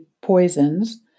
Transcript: poisons